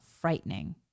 frightening